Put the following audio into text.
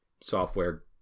software